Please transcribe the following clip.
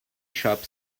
shop